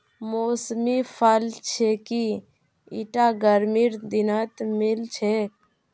मौसमी फल छिके ईटा गर्मीर दिनत मिल छेक